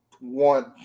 One